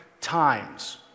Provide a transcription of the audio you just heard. times